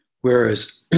whereas